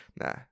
Nah